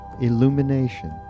illumination